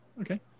Okay